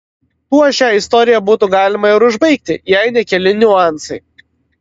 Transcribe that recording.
tuo šią istoriją būtų galima ir užbaigti jei ne keli niuansai